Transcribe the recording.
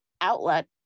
outlet